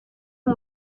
uyu